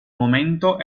momento